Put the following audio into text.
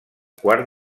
quart